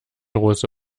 russe